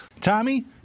Tommy